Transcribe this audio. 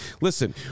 Listen